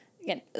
again